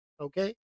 Okay